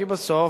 כי בסוף,